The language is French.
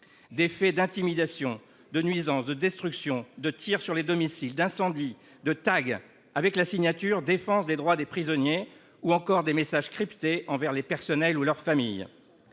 Des faits d'intimidation, de nuisance, de destruction, de tir sur les domiciles, d'incendie, de tag avec la signature, défense des droits des prisonniers ou encore des messages cryptés envers les personnels ou leurs familles.